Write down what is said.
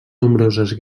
nombroses